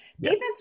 defense